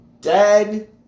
dead